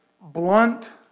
blunt